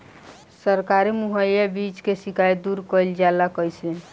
सरकारी मुहैया बीज के शिकायत दूर कईल जाला कईसे?